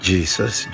Jesus